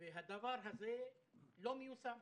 והדבר הזה לא מיושם.